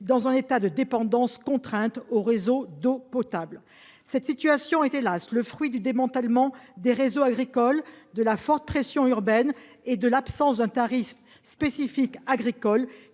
dans un état contraint de dépendance au réseau d’eau potable. Cette situation est le fruit malheureux du démantèlement des réseaux agricoles, de la forte pression urbaine et de l’absence d’un tarif spécifique agricole,